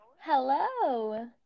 Hello